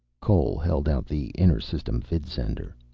cole held out the inter-system vidsender.